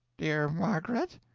dear margaret?